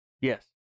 Yes